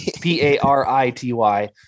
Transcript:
P-A-R-I-T-Y